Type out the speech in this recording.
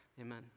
Amen